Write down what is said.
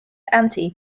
anti